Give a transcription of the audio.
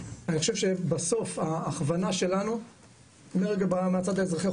אני חושב שבסוף ההכוונה שלנו מהצד האזרחי,